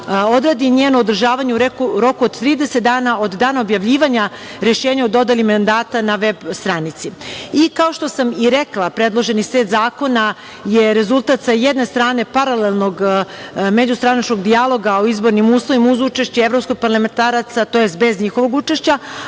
odredi njeno održavanje u roku od 30 dana od dana objavljivanja rešenja o dodeli mandata na VEB stranici. Kao što sam i rekla, predloženi set zakona je rezultat sa jedne strane paralelnog međustranačkog dijaloga o izbornim uslovima uz učešće evropskih parlamentaraca, tj. bez njihovog učešća,